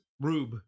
Rube